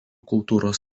kultūros